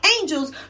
angels